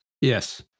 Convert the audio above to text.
Yes